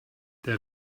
der